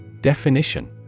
Definition